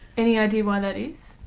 any idea why that is?